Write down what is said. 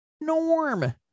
Norm